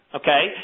okay